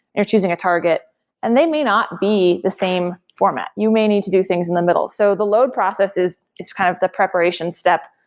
you're choosing a target and they may not be the same format. you may need to do things in the middle. so the load process is is kind of the preparation step.